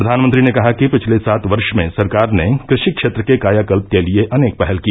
प्रधानमंत्री ने कहा कि पिछले सात वर्ष में सरकार ने कृषि क्षेत्र के कायाकल्प के लिए अनेक पहल की